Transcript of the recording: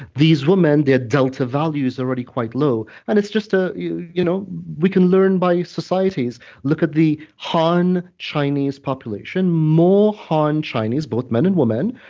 these women, their delta value's already quite low, and it's just ah a. you know we can learn by societies look at the han chinese population. more han chinese, both men and women,